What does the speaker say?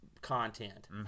content